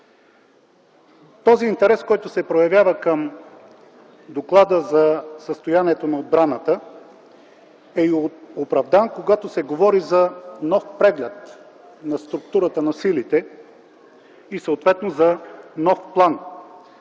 Този интерес, който се проявява към доклада за състоянието на отбраната, е оправдан, когато се говори за нов преглед на структурата на силите и съответно за нов план